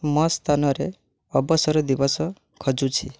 ମୋ ସ୍ଥାନରେ ଅବସର ଦିବସ ଖୋଜୁଛି